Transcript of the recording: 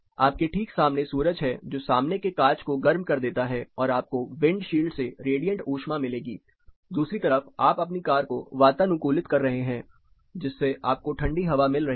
आपके ठीक सामने सूरज है जो सामने के कांच को गर्म कर देता है और आपको विंडशील्ड से रेडिएंट ऊष्मा मिलेगी दूसरी तरफ आप अपनी कार को वातानुकूलित कर रहे हैं जिससे आपको ठंडी हवा मिल रही है